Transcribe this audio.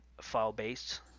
file-based